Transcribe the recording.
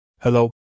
Hello